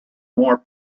more